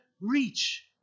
Reach